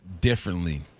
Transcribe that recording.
differently